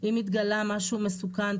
אם התגלה משהו מסוכן,